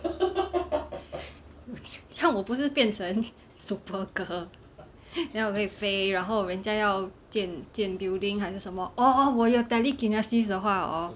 这样我不是变成 super girl then 我可以飞然后人家要建建 building 还是什么 orh 我有 telekinesis 的话 hor